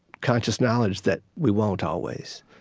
conscious knowledge that we won't always?